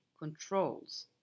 controls